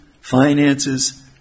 finances